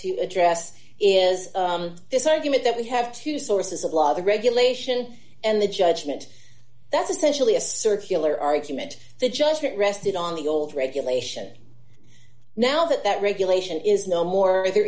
to address is this argument that we have two sources of law the regulation and the judgment that's essentially a circular argument the judgment rested on the old regulation now that that regulation is no more if there